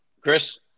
Chris